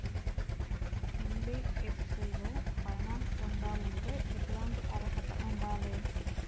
NBFC లో finance పొందాలంటే ఎట్లాంటి అర్హత ఉండాలే?